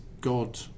god